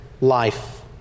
life